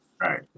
Right